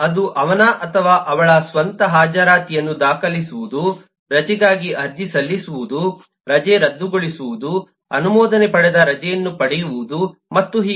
ಅದು ಅವನ ಅಥವಾ ಅವಳ ಸ್ವಂತ ಹಾಜರಾತಿಯನ್ನು ದಾಖಲಿಸುವುದು ರಜೆಗಾಗಿ ಅರ್ಜಿ ಸಲ್ಲಿಸುವುದು ರಜೆ ರದ್ದುಗೊಳಿಸುವುದು ಅನುಮೋದನೆ ಪಡೆದ ರಜೆಯನ್ನು ಪಡೆಯುವುದು ಮತ್ತು ಹೀಗೆ